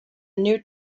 new